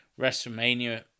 WrestleMania